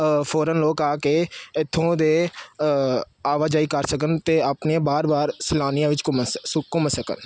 ਫੌਰਨ ਲੋਕ ਆ ਕੇ ਇੱਥੋਂ ਦੇ ਆਵਾਜਾਈ ਕਰ ਸਕਣ ਅਤੇ ਆਪਣੀਆਂ ਵਾਰ ਵਾਰ ਸੈਲਾਨੀਆਂ ਵਿੱਚ ਘੁੰਮ ਸ ਸੂ ਘੁੰਮ ਸਕਣ